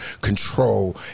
control